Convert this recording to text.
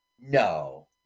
no